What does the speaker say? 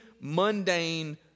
mundane